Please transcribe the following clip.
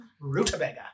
Rutabaga